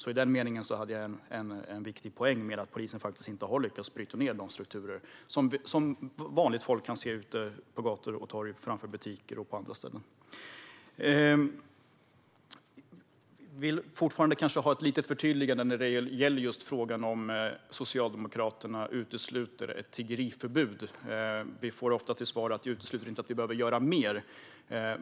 I den meningen hade jag en viktig poäng med att polisen faktiskt inte har lyckats bryta ned de strukturer som vanligt folk kan se ute på gator och torg, framför butiker och på andra ställen. Jag vill fortfarande ha ett litet förtydligande när det gäller just frågan om Socialdemokraterna utesluter ett tiggeriförbud. Vi får ofta till svar att man inte utesluter att det behöver göras mer.